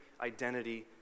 identity